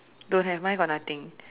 don't have mine got nothing